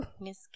miss